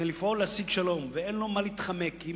לפעול להשיג שלום, ואין לו מה להתחמק.